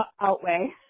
outweigh